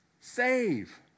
Save